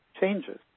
changes